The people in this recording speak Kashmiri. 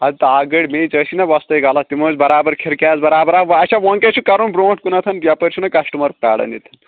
ادٕ تاخ گٔنڈۍ مے ژےٚ ٲسی نا وۄستے غلط تِمو ٲس برابر کھرکہٕ ٲس برابر اچھا وۄنۍ کیاہ چھُ کرُن برونٛٹھ کُنتھ یپٲرۍ چھُ نہ کشٹمر پیاران یتیٚتھ